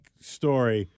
story